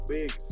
Big